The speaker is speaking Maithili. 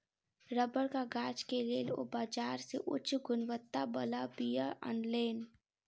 रबड़क गाछ के लेल ओ बाजार से उच्च गुणवत्ता बला बीया अनलैन